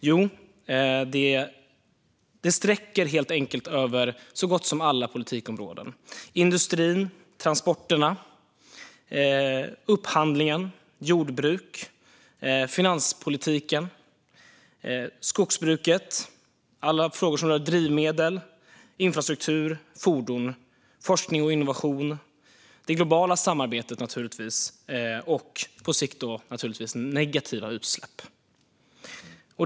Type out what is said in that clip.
Jo, detta sträcker sig över så gott som alla politikområden. Det handlar om industrin, transporterna, upphandlingen, jordbruket, finanspolitiken, skogsbruket, alla frågor som rör drivmedel, infrastruktur, fordon, forskning och innovation och om det globala samarbetet och på sikt om negativa utsläpp, naturligtvis.